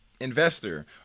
investor